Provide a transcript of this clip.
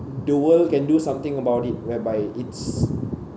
the world can do something about it whereby it's